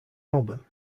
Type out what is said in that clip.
album